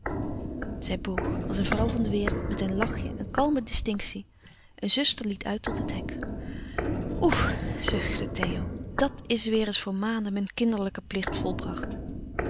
zij boog als een vrouw van de wereld met een lachje en kalme distinctie een zuster liet uit tot het hek oef zuchtte theo dat is weêr eens voor maanden mijn kinderlijke plicht volbracht